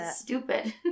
stupid